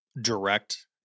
direct